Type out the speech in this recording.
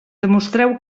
demostreu